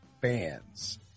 fans